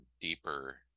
deeper